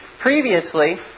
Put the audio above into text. Previously